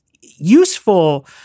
useful